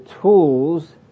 tools